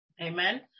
Amen